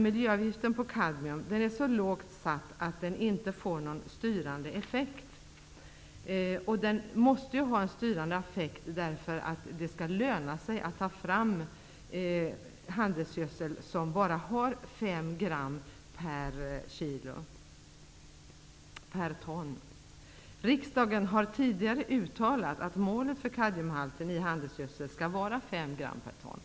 Miljöavgiften på kadmium är så lågt satt att den inte får någon styrande effekt. Den måste ha en styrande effekt för att det skall löna sig att ta fram handelsgödsel som bara innehåller fem gram kadmium per ton. Riksdagen har tidigare uttalat att målet för kadmiumhalten i handelsgödsel skall vara fem gram per ton.